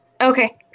Okay